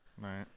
Right